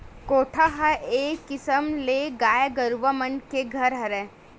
कोठा ह एक किसम ले गाय गरुवा मन के घर हरय